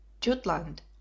Jutland